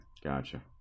Gotcha